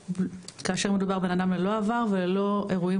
כאשר מדובר בבנאדם ללא עבר וללא אירועים